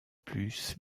plus